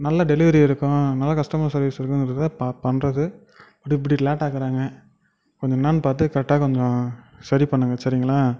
நல்ல டெலிவரி இருக்கும் நல்ல கஸ்டமர் சர்வீஸ் இருக்குங்கிறத பா பண்ணுறது இப்படி இப்படி லேட்டாக்கிறாங்க கொஞ்சம் என்னென்னு பார்த்து கரெக்டாக கொஞ்சம் சரி பண்ணுங்க சரிங்களா